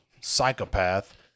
psychopath